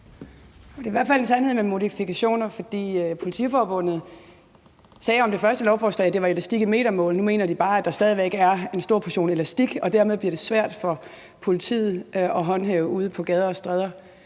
Det er i hvert fald en sandhed med modifikationer, for Politiforbundet sagde om det første lovforslag, at det var elastik i metermål. Nu mener de bare, at der stadig væk er en stor portion elastik, og dermed bliver det svært for politiet at håndhæve det ude på gader og stræder.